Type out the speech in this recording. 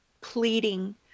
pleading